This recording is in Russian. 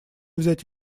взять